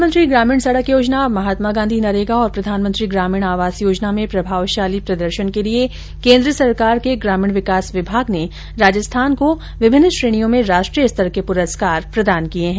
प्रधानमंत्री ग्रामीण सड़क योजना महात्मा गांधी नरेगा और प्रधानमंत्री ग्रामीण आवास योजना में प्रभावशाली प्रदर्शन के लिए केन्द्र सरकार के ग्रामीण विकास विभाग ने राजस्थान को विभिन्न श्रेणियों में राष्ट्रीय स्तर के प्रस्कार प्रदान किए हैं